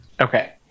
Okay